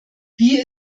wie